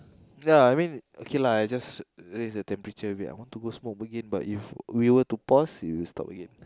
ya I mean okay lah I just raise the temperature a bit I want to go smoke again but if we were to pause it will stop again